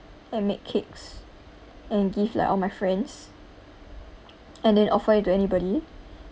and make cakes and give like all my friends and then offer it to anybody